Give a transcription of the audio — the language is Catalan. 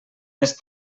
més